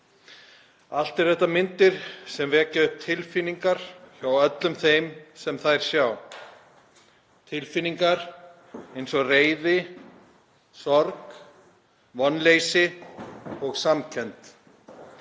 Allt eru þetta myndir sem vekja upp tilfinningar hjá öllum þeim sem þær sjá, tilfinningar eins og reiði, sorg, vonleysi og samkennd.